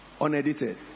unedited